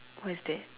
what is that